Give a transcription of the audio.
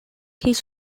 his